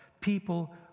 people